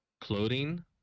clothing